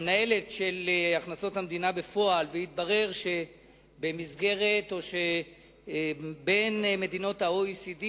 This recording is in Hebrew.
מנהלת מינהל הכנסות המדינה בפועל והתברר שבמסגרת או בין מדינות ה-OECD